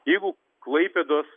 jeigu klaipėdos